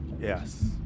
Yes